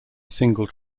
single